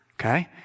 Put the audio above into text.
Okay